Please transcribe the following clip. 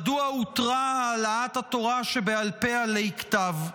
מדוע הותרה העלאת התורה שבעל פה עלי כתב.